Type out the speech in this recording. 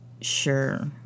Sure